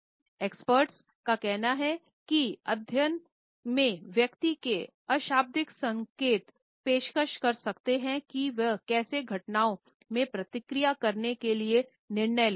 expert का कहना है कि अध्ययन में व्यक्ति के अशाब्दिक संकेत पेशकश कर सकते हैं कि वे कैसे घटनाओं में प्रतिक्रिया करने के लिए निर्णय लेते हैं